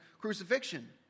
crucifixion